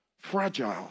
fragile